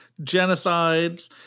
genocides